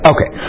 Okay